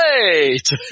great